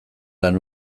lan